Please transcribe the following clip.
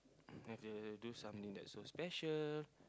have to do something that's so special